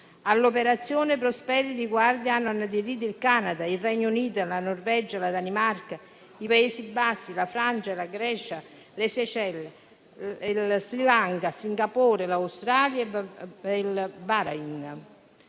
All'operazione Prosperity Guardian hanno aderito il Canada, il Regno Unito, la Norvegia, la Danimarca, i Paesi Bassi, la Francia e la Grecia, le Seyschelles, Sri Lanka, Singapore, l'Australia e il Bahrain